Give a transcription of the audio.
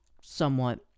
somewhat